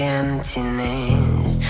emptiness